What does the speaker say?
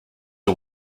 are